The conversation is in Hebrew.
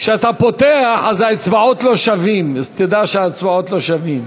אז האצבעות לא שוות, אז תדע שהאצבעות לא שוות.